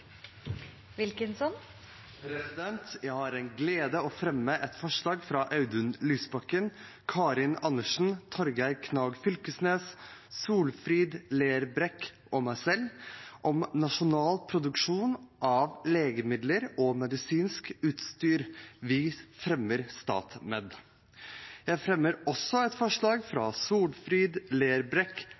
Wilkinson vil fremsette tre representantforslag. Jeg har den glede å fremme et forslag fra representantene Audun Lysbakken, Karin Andersen, Torgeir Knag Fylkesnes, Solfrid Lerbrekk og meg selv om nasjonal produksjon av legemidler og medisinsk utstyr, StatMed. Jeg vil også fremme et forslag fra Solfrid Lerbrekk,